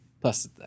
Plus